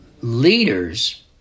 leaders